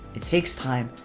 it takes time,